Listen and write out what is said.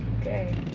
ok.